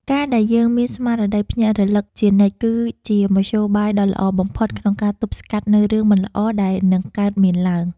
ការដែលយើងមានស្មារតីភ្ញាក់រលឹកជានិច្ច គឺជាមធ្យោបាយដ៏ល្អបំផុតក្នុងការទប់ស្កាត់នូវរឿងមិនល្អដែលនឹងកើតមានឡើង។